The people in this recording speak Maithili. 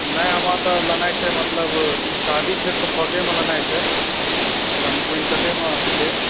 नहि हमरा तऽ लेनाइ छै मतलब ई शादी छै तऽ थोके मे लेनाइ छै हम क्विंटले मे लेब